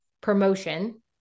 promotion